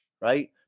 right